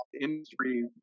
industry